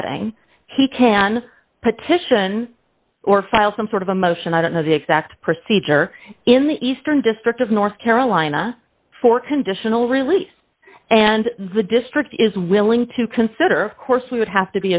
setting he can petition or file some sort of a motion i don't know the exact procedure in the eastern district of north carolina for conditional release and the district is willing to consider course we would have to